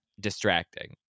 distracting